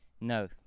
no